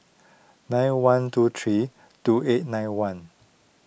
nine one two three two eight nine one